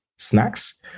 Snacks